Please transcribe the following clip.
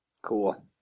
cool